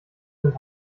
sind